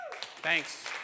Thanks